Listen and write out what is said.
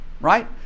Right